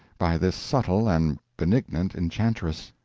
by this subtle and benignant enchantress.